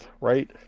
right